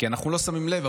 כי אנחנו לא שמים לב,